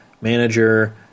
manager